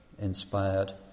inspired